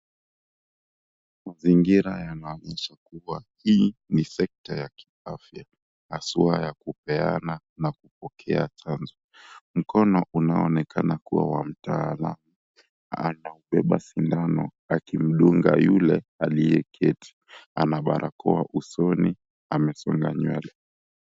Mazingira yanaonyesha kuwa hii ni sekta ya kiafya haswa ya kupeana na kupokea chanjo, mkono unaonekana kuwa wa mtaalamu anaubeba sindano akimdunga yule aliyeketi ana barakoa usoni, amesonga nywele.